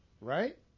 Right